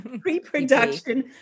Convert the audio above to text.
Pre-production